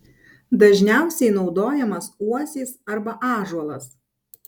dažniausiai naudojamas uosis arba ąžuolas